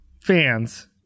fans